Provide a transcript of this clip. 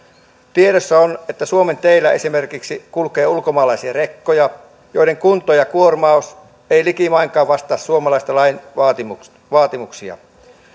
tiedossa on että suomen teillä esimerkiksi kulkee ulkomaalaisia rekkoja joiden kunto ja kuormaus eivät likimainkaan vastaa suomalaisen lain vaatimuksia vaatimuksia